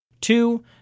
Two